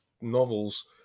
novels